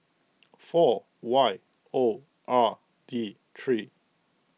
four Y O R D three